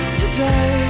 today